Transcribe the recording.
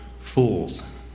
fools